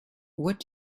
what